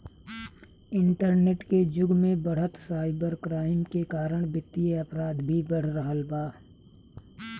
internet के जुग में बढ़त साइबर क्राइम के कारण वित्तीय अपराध भी बढ़ रहल बा